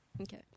Okay